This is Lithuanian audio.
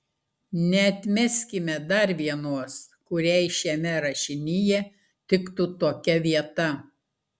neatmeskime dar vienos kuriai šiame rašinyje tiktų tokia vieta